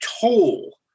toll